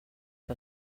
que